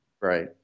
right